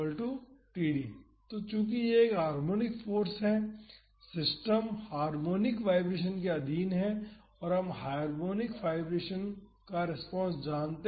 तो चूंकि यह एक हार्मोनिक फाॅर्स है सिस्टम हार्मोनिक वाईब्रेशन के अधीन है और हम हार्मोनिक वाईब्रेशन का रेस्पॉन्स जानते हैं